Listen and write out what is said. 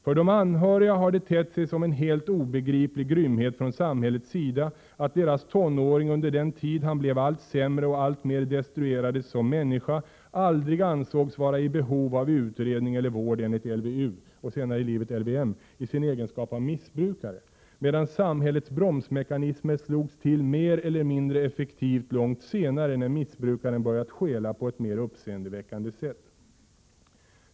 För de anhöriga har det tett sig som en helt obegriplig grymhet från samhällets sida att deras tonåring under den tid han blev allt sämre och alltmer destruerades som människa, aldrig ansågs vara i behov av utredning eller vård enligt LVU i sin egenskap av missbrukare, medan samhällets bromsmekanismer slogs till mer eller mindre effektivt långt senare när missbrukaren börjat stjäla på ett mer uppseendeväckande sätt.